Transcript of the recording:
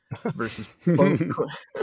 versus